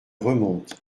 remonte